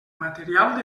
material